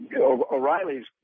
O'Reilly's